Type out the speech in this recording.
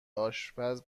آشپز